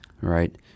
right